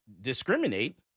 discriminate